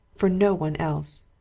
for no one else.